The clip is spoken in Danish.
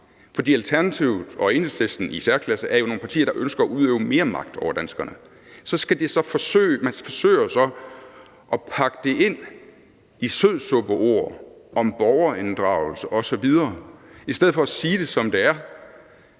For Alternativet og i særklasse Enhedslisten er jo nogle partier, der ønsker at udøve mere magt over danskerne. Så forsøger man jo så at pakke det ind i sødsuppeord om borgerinddragelse osv. i stedet for at sige det, som det er,